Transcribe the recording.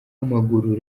w’amaguru